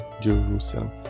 Jerusalem